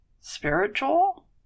Spiritual